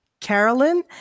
Carolyn